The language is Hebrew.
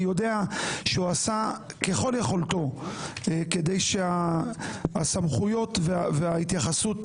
אני יודע שהוא עשה ככל יכולתו כדי שהסמכויות וההתייחסויות